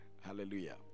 Hallelujah